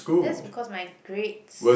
that's because my grades